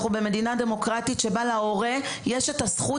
אנחנו במדינה דמוקרטית שבה להורה יש את הזכות